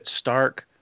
Stark